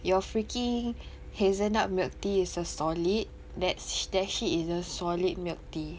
your freaking hazelnut milk tea is a solid that's that shit is a solid milk tea